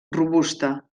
robusta